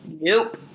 nope